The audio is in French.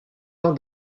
tant